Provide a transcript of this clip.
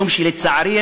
משום שלצערי,